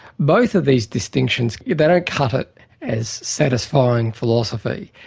both of these distinctions, they don't cut it as satisfying philosophy.